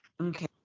okay